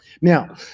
now